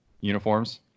uniforms